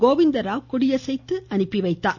கோவிந்தராவ் கொடியசைத்து அனுப்பி வைத்தார்